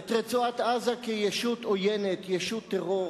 את רצועת-עזה כישות עוינת, ישות טרור.